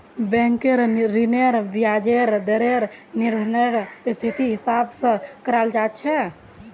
बैंकेर ऋनेर ब्याजेर दरेर निर्धानरेर स्थितिर हिसाब स कराल जा छेक